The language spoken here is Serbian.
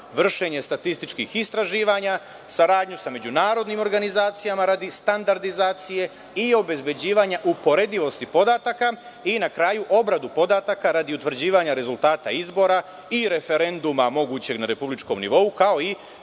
vršenje statističkih istraživanja; saradnju sa međunarodnim organizacijama radi standardizacije i obezbeđivanja uporedivosti podataka; i na kraju obradu podataka radi utvrđivanja rezultata izbora i referenduma mogućeg na republičkom nivou, kao i